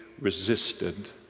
resisted